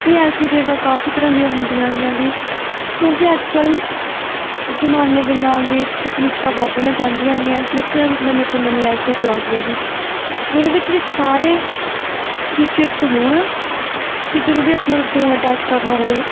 ਵੀ L C D ਦਾ ਕਾਫੀ ਤਰ੍ਹਾਂ ਦੀਆਂ ਹੁੰਦੀਆਂ ਗੀਆਂ ਵੀ ਕਿਉਂਕਿ ਅੱਜ ਕੱਲ੍ਹ ਜਮਾਨੇ ਦੇ ਨਾਲ ਵੀ ਤਕਨੀਕਾਂ ਵੱਧਦੀਆਂ ਜਾਂਦੀਆਂ ਹੈਗੀਆਂ ਨਿੱਤ ਨਵੇਂ ਤੋਂ ਨਵੀਂ ਐਲ ਸੀ ਡੀ ਆਉਂਦੀਆਂ ਹੈਗੀ ਅਤੇ ਉਹਦੇ ਵਿੱਚ ਵੀ ਸਾਰੇ ਫ਼ੀਚਰਸ ਹੋਣ ਵੀ ਜਦੋਂ ਵੀ ਆਪਾਂ ਉਹਨੂੰ ਫੋਨ ਅਟੈਚ ਕਰਨਾ ਹੋਵੇ